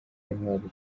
intwaro